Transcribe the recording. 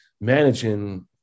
managing